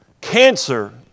cancer